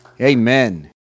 Amen